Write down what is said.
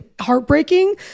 heartbreaking